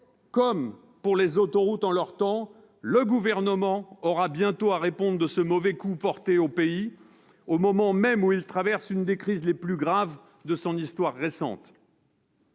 comme pour les autoroutes en leur temps, le Gouvernement aura bientôt à répondre de ce mauvais coup porté à notre pays, au moment même où il traverse l'une des crises les plus graves de son histoire récente.